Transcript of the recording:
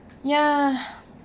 ya